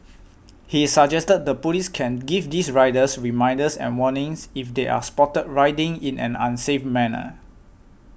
he suggested the police give these riders reminders and warnings if they are spotted riding in an unsafe manner